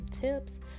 tips